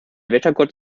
wettergott